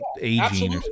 aging